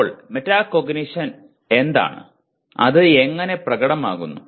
ഇപ്പോൾ മെറ്റാകോഗ്നിഷൻ എന്താണ് അത് എങ്ങനെ പ്രകടമാകുന്നു